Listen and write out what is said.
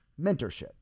mentorship